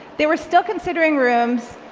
they were still considering rooms,